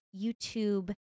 youtube